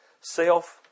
self